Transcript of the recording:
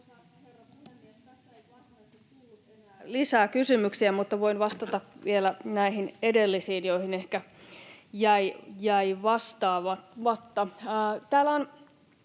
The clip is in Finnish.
Tässä ei varsinaisesti tullut enää lisää kysymyksiä, mutta voin vastata vielä näihin edellisiin, joihin ehkä jäi vastaamatta. Täällä on